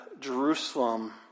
Jerusalem